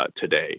today